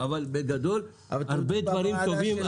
אבל בגדול הרבה דברים טובים,